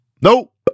Nope